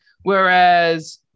Whereas